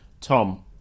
Tom